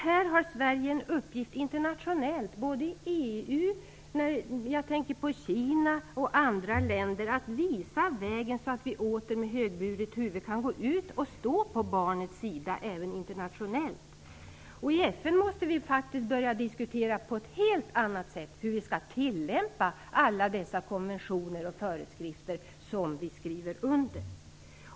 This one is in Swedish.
Här har Sverige en uppgift internationellt, både i EU och i förhållande till Kina och andra länder, att visa vägen så att vi åter med högburet huvud kan gå ut och stå på barnets sida även internationellt. I FN måste vi börja diskutera på ett helt annat sätt hur vi skall tillämpa alla dessa konventioner och föreskrifter som vi skriver under.